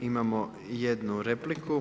Imamo jednu repliku.